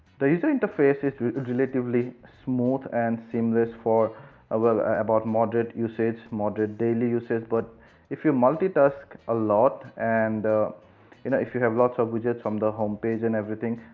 the user interface is relatively smooth and seamless for ah well about moderate usage moderate daily usage. but if you multitask a lot and you know if you have lots of widgets on um the home page and everything.